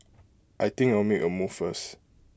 I think I'll make A move first